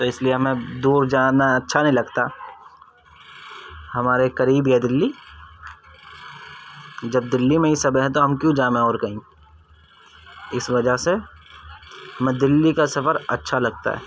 تو اس لیے ہمیں دور جانا اچّھا نہیں لگتا ہمارے قریب یا دلّی جب دلّّی میں ہی سب ہیں تو ہم کیوں جائیں اور کہیں اس وجہ سے ہمیں دلّّی کا سفر اچّھا لگتا ہے